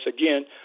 again